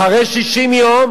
אחרי 60 יום